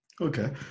okay